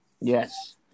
Yes